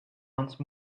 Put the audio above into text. once